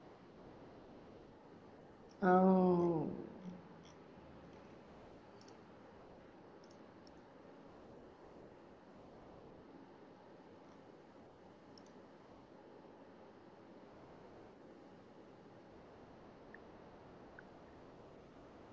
oh